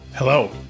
Hello